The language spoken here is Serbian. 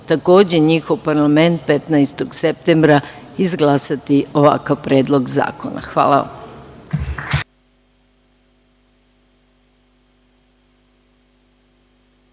takođe njihov parlament, 15. septembra izglasati ovakav Predlog zakona. Hvala.